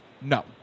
no